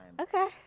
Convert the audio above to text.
Okay